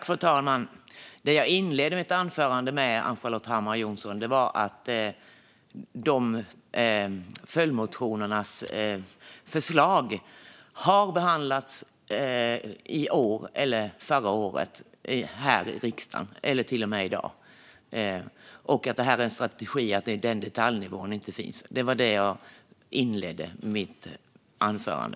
Fru talman! Det som jag inledde mitt anförande med, Ann-Charlotte Hammar Johnsson, var att förslagen i följdmotionerna har behandlats i år eller förra året här i riksdagen. Strategin är att denna detaljnivå inte finns.